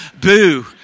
Boo